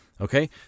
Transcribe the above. Okay